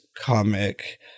comic